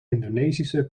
indonesische